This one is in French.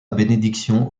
bénédiction